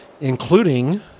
including